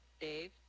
Dave